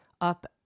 up